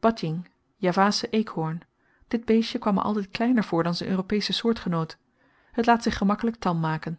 badjing javasche eekhorn dit beestje kwam me altyd kleiner voor dan z'n europesche soortgenoot het laat zich gemakkelyk tam maken